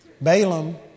Balaam